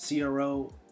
CRO